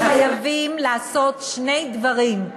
חייבים לעשות שני דברים: